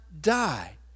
die